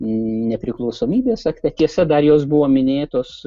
nepriklausomybės akte tiesa dar jos buvo minėtos